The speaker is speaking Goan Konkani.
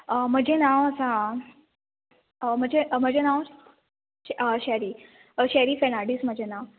म्हजें नांव आसा म्हजें म्हजें नांव शेरी शेरी फेर्नाडीस म्हजें नांव